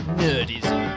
nerdism